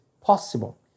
possible